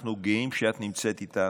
אנחנו גאים שאת נמצאת איתנו.